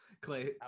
Clay